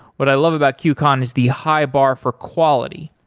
what i love about qcon is the high bar for quality,